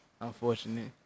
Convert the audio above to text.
Unfortunate